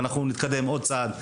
אנחנו נתקדם עוד צעד.